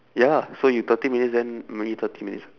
ya so you thirty minutes then m~ me thirty minutes